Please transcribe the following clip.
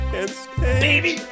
Baby